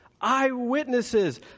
Eyewitnesses